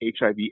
HIV